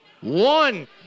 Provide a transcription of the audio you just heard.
One